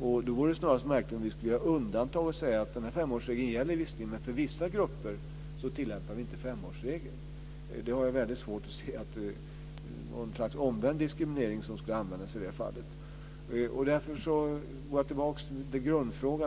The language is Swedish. Då vore det snarare märkligt om vi skulle göra undantag och säga att femårsregeln visserligen gäller men att för vissa grupper tillämpas inte femårsregeln. Det är något slags omvänd diskriminering som skulle användas i det fallet. Jag går tillbaka till grundfrågan.